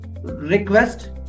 request